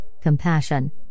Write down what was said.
compassion